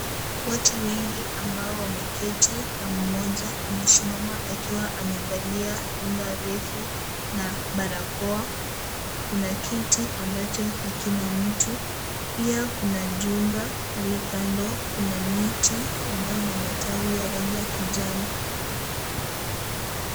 Watu wengi ambao wameketi na mmoja amesimama, akiwa amevalia rinda refu na barakoa. Kuna kiti ambacho hakina mtu. Pia, kuna jumba pale kando. Kuna miti ambayo ina matawi ya rangi ya kijani.